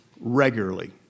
regularly